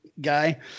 guy